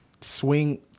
Swing